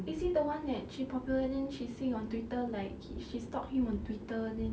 is it the one that she popular then she sings on twitter like she stalks him on twitter then